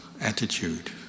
attitude